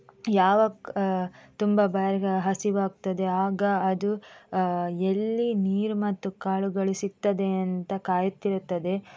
ಯಾವಾಗ ತುಂಬ ಬಾಯಾ ಹಸಿವಾಗ್ತದೆ ಆಗ ಅದು ಎಲ್ಲಿ ನೀರು ಮತ್ತು ಕಾಳುಗಳು ಸಿಗ್ತದೆ ಅಂತ ಕಾಯುತ್ತಿರುತ್ತದೆ